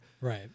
Right